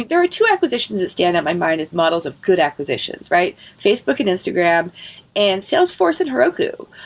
there are two acquisitions that stand at my mind as models of good acquisitions, right? facebook and instagram and salesforce and heroku.